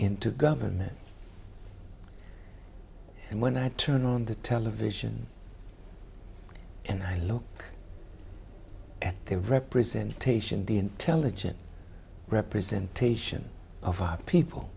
into government and when i turn on the television and i look at their representation the intelligent representation of our people